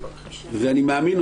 אני מאמין,